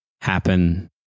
Happen